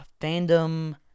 Fandom